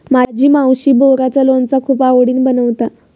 माझी मावशी बोराचा लोणचा खूप आवडीन बनवता